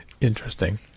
Interesting